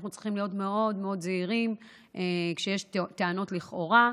ואנחנו צריכים להיות מאוד מאוד זהירים כשיש טענות לכאורה,